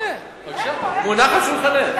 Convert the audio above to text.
הנה, בבקשה, מונח על שולחנך.